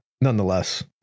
nonetheless